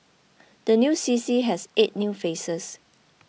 the new C C has eight new faces